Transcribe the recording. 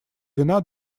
вина